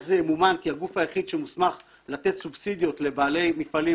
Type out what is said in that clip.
זה ימומן כי הגוף היחיד שמוסמך לתת סובסידיות לבעלי מפעלים,